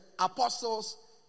apostles